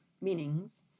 meanings